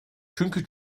çünkü